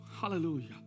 hallelujah